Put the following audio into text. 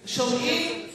שומעים.